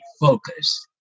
Focus